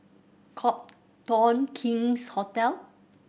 Copthorne King's Hotel